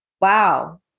Wow